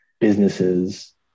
businesses